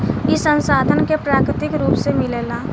ई संसाधन के प्राकृतिक रुप से मिलेला